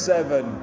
Seven